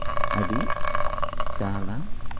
అది చాలా